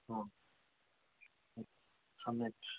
हा सम्यक्